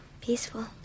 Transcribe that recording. peaceful